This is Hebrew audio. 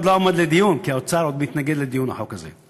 החוק עוד לא עמד לדיון כי האוצר עוד מתנגד לדיון בחוק הזה.